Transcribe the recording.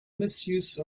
misuse